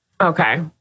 Okay